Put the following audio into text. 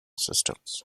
systems